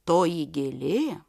toji gėlė